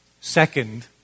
second